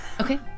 Okay